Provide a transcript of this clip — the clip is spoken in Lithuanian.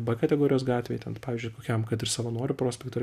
b kategorijos gatvei ten pavyzdžiui kokiam kad ir savanorių prospektui ar